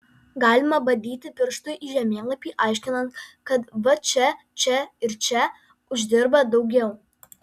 galima badyti pirštu į žemėlapį aiškinant kad va čia čia ir čia uždirba daugiau